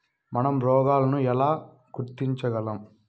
మనం రోగాలను ఎలా గుర్తించగలం?